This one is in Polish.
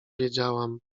wiedziałam